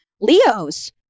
leos